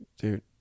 dude